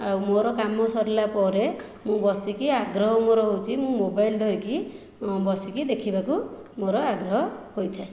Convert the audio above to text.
ଆଉ ମୋର କାମ ସରିଲାପରେ ମୁଁ ବସିକି ଆଗ୍ରହ ମୋର ହେଉଛି ମୁଁ ମୋବାଇଲ ଧରିକି ବସିକି ଦେଖିବାକୁ ମୋର ଆଗ୍ରହ ହୋଇଥାଏ